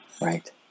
Right